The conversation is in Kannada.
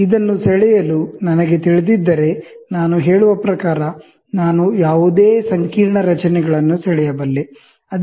ಇದನ್ನು ಬರೆಯಲು ನನಗೆ ತಿಳಿದಿದ್ದರೆ ನಾನು ಹೇಳುವ ಪ್ರಕಾರ ನಾನು ಯಾವುದೇ ಸಂಕೀರ್ಣ ರಚನೆಗಳನ್ನು ಬರೆಯಬಲ್ಲೆ